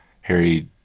Harry